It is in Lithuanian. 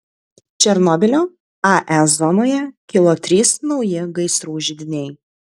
černobylio ae zonoje kilo trys nauji gaisrų židiniai